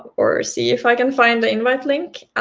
or see if i can find the invite link,